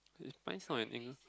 mine's not an Eng~